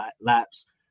laps